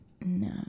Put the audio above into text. No